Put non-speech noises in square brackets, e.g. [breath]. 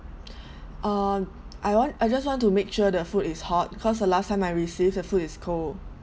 [breath] uh I want I just want to make sure the food is hot cause the last time I received the food is cold